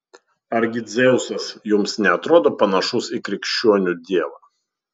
argi dzeusas jums neatrodo panašus į krikščionių dievą